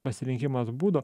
pasirinkimas būdo